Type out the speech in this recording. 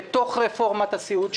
בתוך רפורמת הסיעוד,